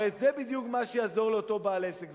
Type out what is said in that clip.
הרי זה בדיוק מה שיעזור לאותו בעל עסק.